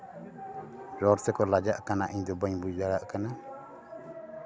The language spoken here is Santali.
ᱨᱚᱲ ᱛᱮᱠᱚ ᱞᱟᱡᱟᱜ ᱠᱟᱱᱟ ᱤᱧᱫᱚ ᱵᱟᱹᱧ ᱵᱩᱡᱽ ᱫᱟᱲᱮᱭᱟᱜ ᱠᱟᱱᱟ